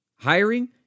Hiring